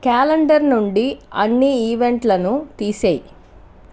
calendar నుండి అన్ని ఈవెంట్లను తీసేయి